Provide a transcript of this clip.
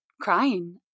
crying